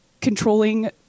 controlling